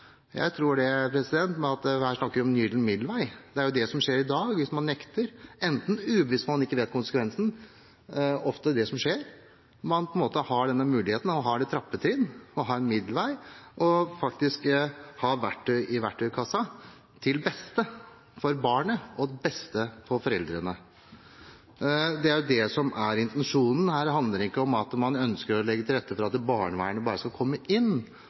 at man ikke vet konsekvensen. Det er ofte det som skjer. Man har denne muligheten, man har trappetrinn og en middelvei, og man har faktisk verktøy i verktøykassa til beste for barnet og til beste for foreldrene. Det er jo det som er intensjonen. Her handler det ikke om at man ønsker å legge til rette for at barnevernet bare skal komme inn. Og når skal de komme inn? Jo, etter samme vurderinger som i dag: når man har hatt tiltak utenfor hjemmet. Det er ikke slik med dette forslaget at barnevernet bare skal gå inn